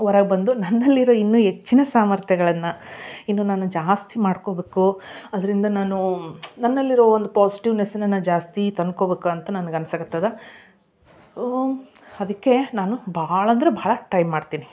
ಹೊರಗೆ ಬಂದು ನನ್ನಲ್ಲಿರೋ ಇನ್ನು ಹೆಚ್ಚಿನ ಸಾಮರ್ಥ್ಯಗಳನ್ನ ಇನ್ನು ನಾನು ಜಾಸ್ತಿ ಮಾಡ್ಕೋಬೇಕು ಅದರಿಂದ ನಾನು ನನ್ನಲಿರೋ ಒಂದು ಪಾಸಿಟಿವ್ನೆಸ್ನ ನಾ ಜಾಸ್ತಿ ತಂದ್ಕೊಬೇಕು ಅಂತ ನನಗೆ ಅನ್ಸಕ್ಕೆ ಹತ್ತದ ಅದಕ್ಕೆ ನಾನು ಬಹಳ ಅಂದರೆ ಭಾಳ ಟ್ರೈ ಮಾಡ್ತೀನಿ